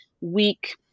week